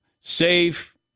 Safe